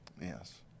Yes